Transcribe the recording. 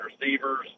receivers